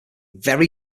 very